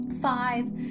five